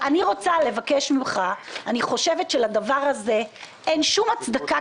אני חושבת שלדבר הזה אין שום הצדקה